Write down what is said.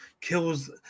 kills